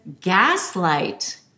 gaslight